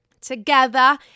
together